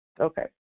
Okay